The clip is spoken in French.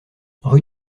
rue